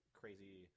crazy